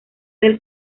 del